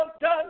done